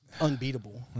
unbeatable